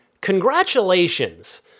congratulations